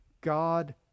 God